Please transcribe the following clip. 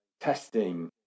testing